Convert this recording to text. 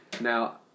now